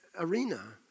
arena